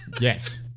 Yes